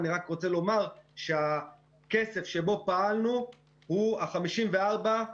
אני רק רוצה לומר שהכסף שאיתו פעלנו הוא: ה-54 מיליון